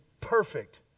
perfect